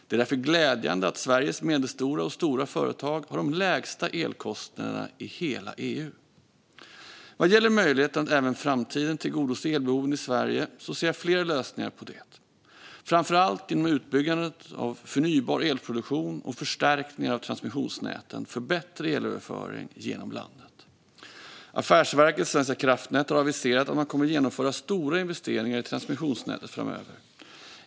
Det är därför glädjande att Sveriges medelstora och stora företag har de lägsta elkostnaderna i hela EU. Vad gäller möjligheten att även i framtiden tillgodose elbehoven i Sverige ser jag flera lösningar, framför allt en utbyggnad av förnybar elproduktion och förstärkningar i transmissionsnäten för bättre elöverföring genom landet. Affärsverket svenska kraftnät har aviserat att man kommer att genomföra stora investeringar i transmissionsnätet framöver.